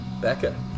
Becca